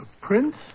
prince